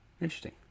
Interesting